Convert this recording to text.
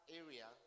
area